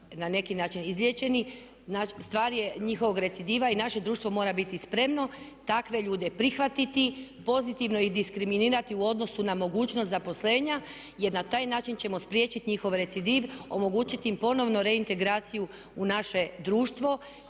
na neki način izliječeni. Stvar je njihovog recidiva i naše društvo mora biti spremno takve ljude prihvatiti, pozitivno ih diskriminirati u odnosu na mogućnost zaposlenja jer na taj način ćemo spriječiti njihov recidiv, omogućiti im ponovno reintegraciju u naše društvo